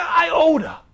iota